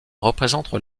représente